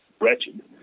wretched